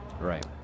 right